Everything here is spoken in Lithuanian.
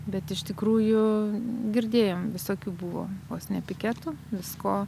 bet iš tikrųjų girdėjom visokių buvo vos ne piketų visko